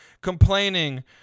complaining